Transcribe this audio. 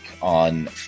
on